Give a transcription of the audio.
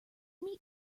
meet